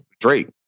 Drake